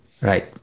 Right